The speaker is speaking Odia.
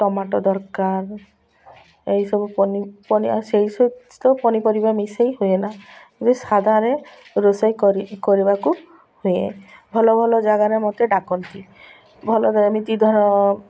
ଟମାଟୋ ଦରକାର ଏଇସବୁ ପନି ପନି ସେଇ ତ ପନିପରିବା ମିଶେଇ ହୁଏନା ଯେ ସାଧାରେ ରୋଷେଇ କରି କରିବାକୁ ହୁଏ ଭଲ ଭଲ ଜାଗାରେ ମୋତେ ଡ଼ାକନ୍ତି ଭଲ ଏମିତି ଧର